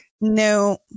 No